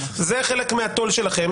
זה חלק מהתו"ל שלכם.